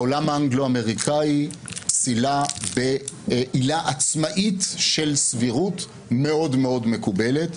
בעולם האנגלו-אמריקני פסילה בעילה עצמאית של סבירות מאוד מאוד מקובלת.